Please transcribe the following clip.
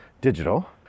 digital